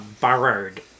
burrowed